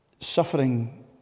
suffering